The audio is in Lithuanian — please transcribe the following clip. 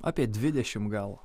apie dvidešimt gal